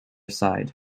side